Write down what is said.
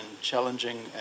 challenging